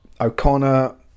O'Connor